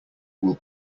will